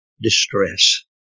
distress